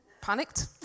panicked